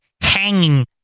hanging